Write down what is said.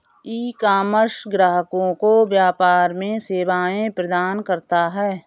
ecommerce ग्राहकों को व्यापार में सेवाएं प्रदान करता है